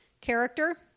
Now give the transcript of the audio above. Character